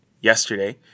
yesterday